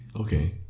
Okay